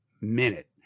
minute